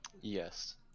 Yes